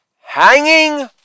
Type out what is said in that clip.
hanging